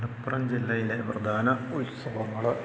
മലപ്പുറം ജില്ലയിലെ പ്രധാന ഉത്സവങ്ങള്